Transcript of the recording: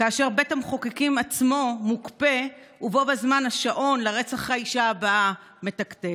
כאשר בית המחוקקים עצמו מוקפא ובו בזמן השעון לרצח האישה הבאה מתקתק?